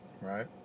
right